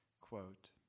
Quote